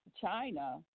China